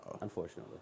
unfortunately